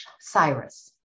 Cyrus